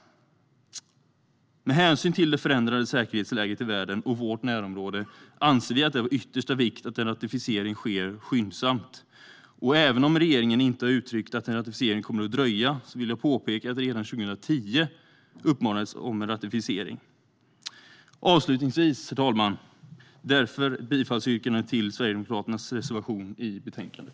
Med hänsyn till det förändrade säkerhetsläget i världen och vårt närområde anser vi att det är av yttersta vikt att en ratificering sker skyndsamt. Även om regeringen inte uttryckt att en ratificering kommer att dröja vill jag påpeka att redan 2010 framfördes en uppmaning att ratificera. Herr talman! Jag yrkar bifall till Sverigedemokraternas reservation i betänkandet.